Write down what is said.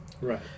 right